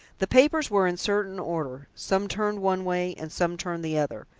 the papers were in certain order some turned one way and some turned the other.